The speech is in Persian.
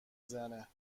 زنه